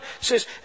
says